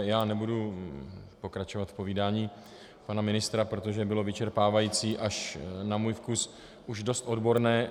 Já nebudu pokračovat v povídání pana ministra, protože bylo vyčerpávající, až na můj vkus už dost odborné.